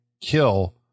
kill